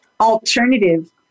alternative